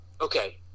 okay